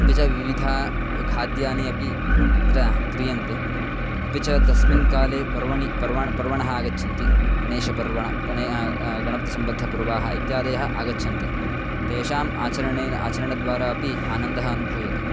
अपि च विविधानि खाद्यानि अपि अत्र क्रियन्ते अपि च तस्मिन् काले पर्वणि पर्वणः पर्वणः आगच्छन्ति गणेशपर्वः गणेशः गणपतिसम्बद्धपर्वाः इत्यादयः आगच्छन्ति तेषाम् आचरणेन आचरणद्वारा अपि आनन्दः अनुभूयते